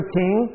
king